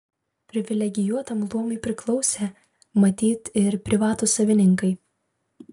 privilegijuotam luomui priklausė matyt ir privatūs savininkai